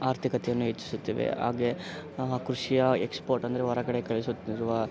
ಆರ್ಥಿಕತೆಯನ್ನು ಹೆಚ್ಚಿಸುತ್ತವೆ ಹಾಗೆ ಕೃಷಿಯ ಎಕ್ಸ್ಪೋರ್ಟ್ ಅಂದರೆ ಹೊರಗಡೆ ಕಳಿಸುತ್ತಿರುವ